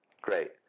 Great